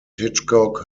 hitchcock